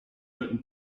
written